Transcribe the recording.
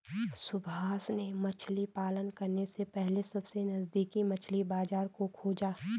सुभाष ने मछली पालन करने से पहले सबसे नजदीकी मछली बाजार को खोजा